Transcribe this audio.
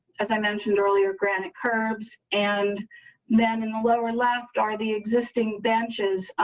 as i mentioned earlier, granted curbs and then in the lower left are the existing benches,